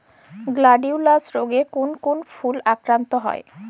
Gladiolus রোগে কোন কোন ফুল আক্রান্ত হয়?